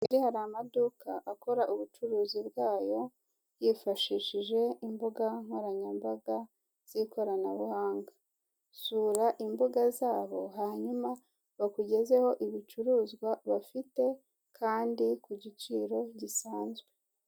I Kigali hari amaduka akora ubucuruzi bwayo yifashishije imbuga nkoranyambaga z'ikoranabuhanga, sura imbuga zabo hanyuma bakugezeho ibicuruzwa bafite kandi ku giciro gisanzwe.